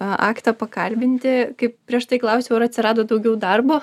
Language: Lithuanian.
aktą pakalbinti kaip prieš tai klausiau ar atsirado daugiau darbo